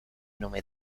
nome